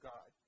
God